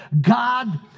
God